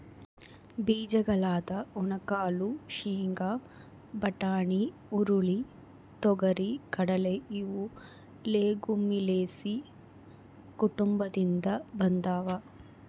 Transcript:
ಬೀಜಗಳಾದ ಒಣಕಾಳು ಶೇಂಗಾ, ಬಟಾಣಿ, ಹುರುಳಿ, ತೊಗರಿ,, ಕಡಲೆ ಇವು ಲೆಗುಮಿಲೇಸಿ ಕುಟುಂಬದಿಂದ ಬಂದಾವ